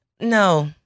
no